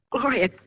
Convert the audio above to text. Gloria